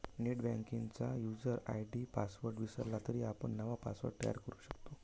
नेटबँकिंगचा user ID password विसरला तरी आपण नवा पासवर्ड तयार करू शकतो